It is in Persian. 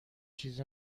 چیز